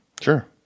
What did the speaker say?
Sure